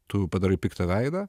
tu padarai piktą veidą